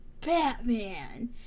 Batman